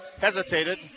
hesitated